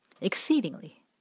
exceedingly